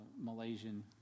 Malaysian